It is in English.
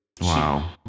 Wow